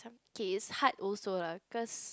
okay it's hard also lah because